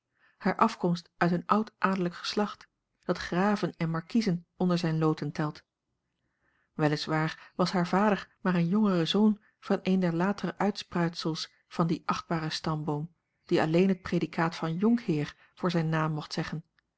hare afkomst uit een oud adellijk geslacht dat graven en markiezen onder zijne loten telt wel is waar was haar vader maar een jongere zoon van een der latere uitspruitsels van dien achtbaren stamboom die alleen het predicaat van jonkheer voor zijn naam mocht zetten